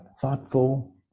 Thoughtful